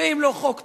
ואם לא חוק טל,